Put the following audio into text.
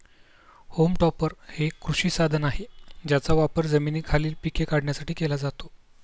home topper हे एक कृषी साधन आहे ज्याचा वापर जमिनीखालील पिके काढण्यासाठी केला जातो